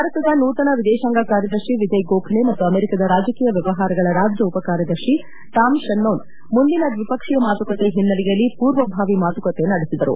ಭಾರತದ ನೂತನ ವಿದೇಶಾಂಗ ಕಾರ್ತದರ್ಶಿ ವಿಜಯ್ ಗೋಖಲೆ ಮತ್ತು ಅಮೆರಿಕಾದ ರಾಜಕೀಯ ವ್ಠವಹಾರಗಳ ರಾಜ್ಯ ಉಪಕಾರ್ಠದರ್ಶಿ ಟಾಮ್ ಶನ್ನೋನ್ ಮುಂದಿನ ದ್ವಿಪಕ್ಷೀಯ ಮಾತುಕತೆ ಹಿನ್ನೆಲೆಯಲ್ಲಿ ಪೂರ್ವಭಾವಿ ಮಾತುಕತೆ ನಡೆಸಿದರು